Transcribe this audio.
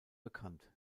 bekannt